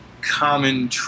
common